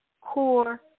core